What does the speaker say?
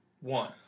one